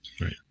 Right